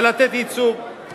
ולתת ייצוג,